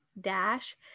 dash